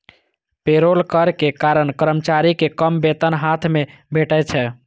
payroll कर के कारण कर्मचारी कें कम वेतन हाथ मे भेटै छै